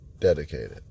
dedicated